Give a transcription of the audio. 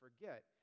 forget